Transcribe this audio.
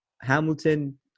Hamilton